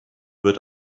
wird